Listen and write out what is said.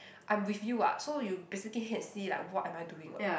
I'm with you [what] so you basically can see like what am I doing [what]